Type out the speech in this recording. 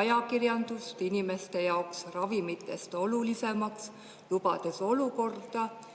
ajakirjandust inimeste jaoks ravimitest olulisemaks, lubades olukorda,